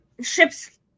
ships